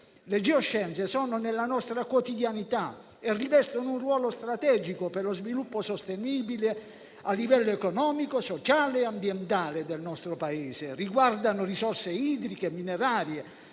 Le geoscienze sono nella nostra quotidianità e rivestono un ruolo strategico per lo sviluppo sostenibile, a livello economico, sociale e ambientale, del nostro Paese; riguardano risorse idriche, minerarie,